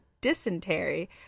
Dysentery